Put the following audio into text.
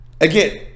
Again